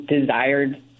desired